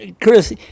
Chris